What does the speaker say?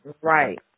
Right